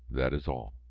that is all.